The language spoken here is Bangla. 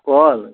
কল